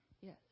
Yes